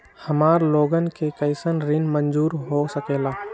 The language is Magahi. हमार लोगन के कइसन ऋण मंजूर हो सकेला?